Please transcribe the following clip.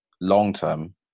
long-term